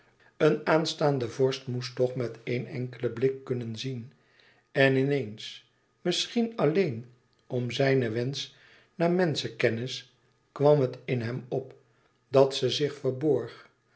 een aanstaande vorst moest toch met éen enkelen blik kunnen zien en in eens misschien alleen m zijne wensch naar menschekennis kwam het in hem op dat ze zich verborg